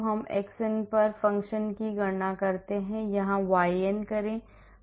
हम xn पर function की गणना करते हैं यहाँ yn करें